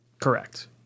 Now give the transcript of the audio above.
correct